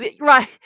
right